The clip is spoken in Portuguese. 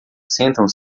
sentam